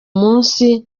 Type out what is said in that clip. munsi